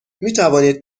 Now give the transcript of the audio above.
میتوانید